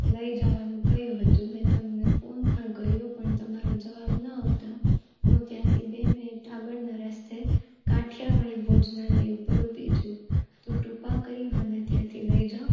લઇ જવાનું કહ્યું હતું મેં તમને ફોન પણ કર્યો પણ તમારો જવાબ ન આવતા હું ત્યાંથી બે મિનિટ આગળના રસ્તે કાઠિયાવાડી ભોજનાલય ઉપર ઊભી છું તો કૃપા કરી મને ત્યાંથી લઈ જાઓ